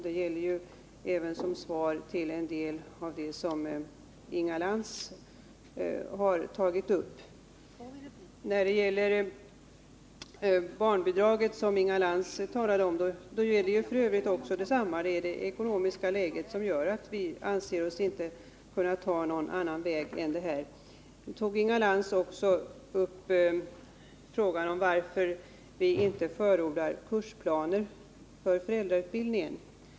Det gäller även som svar på en del av det som Inga Lantz har I fråga om barnbidragen, som Inga Lantz också tog upp, gäller detsamma. Det är det ekonomiska läget som gör att vi inte anser oss kunna gå den väg Inga Lantz anvisar. Inga Lantz frågade varför vi inte förordar kursplaner för föräldrautbildningen.